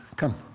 come